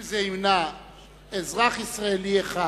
אם זה ימנע אזרח ישראלי אחד